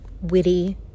Witty